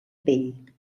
pell